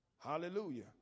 Hallelujah